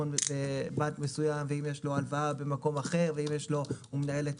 ויש לו הלוואה במקום אחר ואם הוא מנהל את